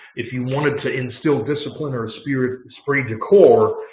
if you wanted to instill discipline or esprit or esprit de corps,